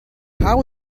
how